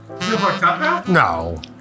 No